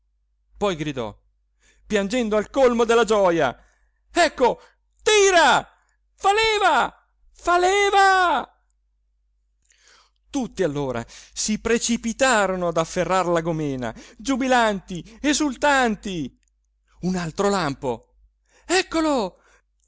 poi gridò piangendo al colmo della gioja ecco tira fa leva fa leva tutti allora si precipitarono ad afferrar la gòmena giubilanti esultanti un altro lampo eccolo